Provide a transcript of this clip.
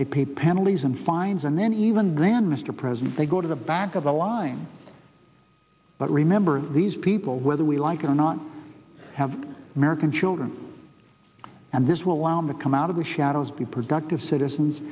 they pay penalties and fines and then even grand mr president they go to the back of the line but remember these people whether we like it or not have american children and this will allow me to come out of the shadows be productive citizens